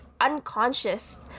unconscious